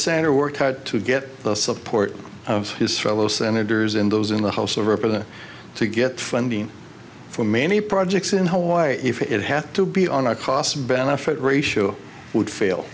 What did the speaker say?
center worked hard to get the support of his fellow senators and those in the house of reps of the to get funding for many projects in hawaii if it had to be on a cost benefit ratio would fail